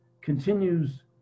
continues